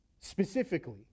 specifically